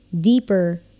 deeper